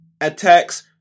attacks